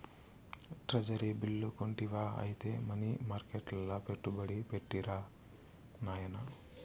treasury bill కొంటివా ఐతే money మర్కెట్ల పెట్టుబడి పెట్టిరా నాయనా